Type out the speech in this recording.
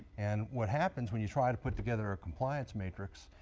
and what happens when you try to put together a compliance matrix,